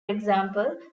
example